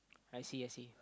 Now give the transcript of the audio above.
I see I see